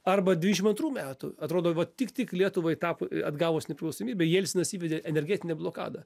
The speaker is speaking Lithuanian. arba devyšim antrų metų atrodo va tik tik lietuvai tapo atgavus nepriklausomybę jelcinas įvedė energetinę blokadą